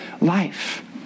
life